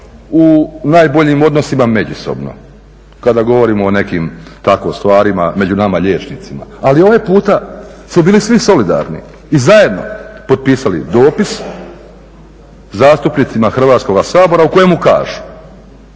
u najboljim odnosima međusobno kada govorimo o nekim tako stvarima među nama liječnicima, ali ovaj puta su bili svi solidarni i zajedno potpisali dopis zastupnicima Hrvatskoga sabora u kojemu kažu